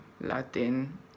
Latin